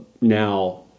now